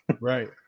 Right